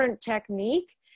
technique